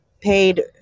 paid